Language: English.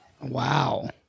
Wow